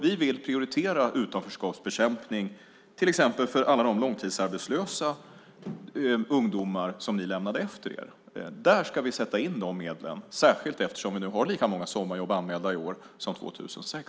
Vi vill prioritera utanförskapsbekämpning, till exempel när det gäller alla de långtidsarbetslösa ungdomar som ni lämnade efter er. Där ska vi sätta in de medlen, särskilt eftersom vi nu har lika många sommarjobb anmälda i år som 2006.